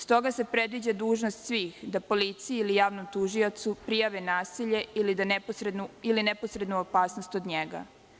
Stoga se predviđa dužnost svih da policiji ili javnom tužiocu prijave nasilje ili neposrednu opasnost od njega.